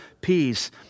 peace